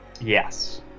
Yes